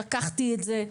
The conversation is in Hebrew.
לקחתי את זה,